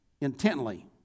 intently